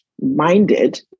minded